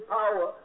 power